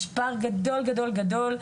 יש פער גדול גדול גדול,